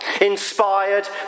inspired